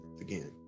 again